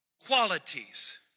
qualities